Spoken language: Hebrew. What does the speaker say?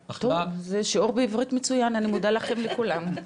טוב, זה שיעור בעברית מצוין , אני מודה לכם לכולם.